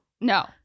No